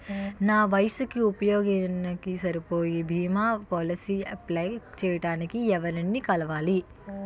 నా వయసుకి, ఉద్యోగానికి సరిపోయే భీమా పోలసీ అప్లయ్ చేయటానికి ఎవరిని కలవాలి?